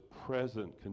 present